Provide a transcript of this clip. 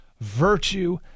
virtue